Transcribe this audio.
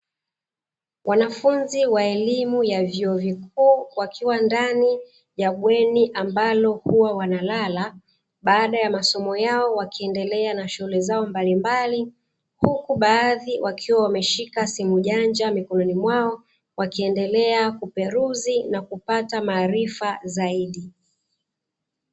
Wanafunzi wa elimu ya vyuo vikuu wakiwa ndani ya bweni ambalo huwa wanalala baada ya masomo yao, wakiendelea na shughuli zao mbalimbali, huku baadhi wakiwa wameshika simujanja mikononi mwao, wakiendelea kuperuzi na kupata maarifa zaidi.